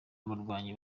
abakinnyi